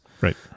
Right